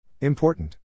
Important